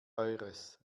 eures